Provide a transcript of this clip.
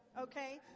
okay